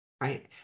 right